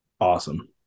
Awesome